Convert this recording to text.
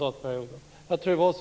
Jag tror att det var så.